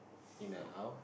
in and out